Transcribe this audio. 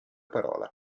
parola